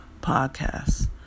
podcasts